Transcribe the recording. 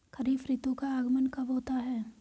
खरीफ ऋतु का आगमन कब होता है?